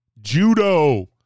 judo